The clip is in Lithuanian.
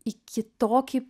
į kitokį